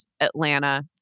Atlanta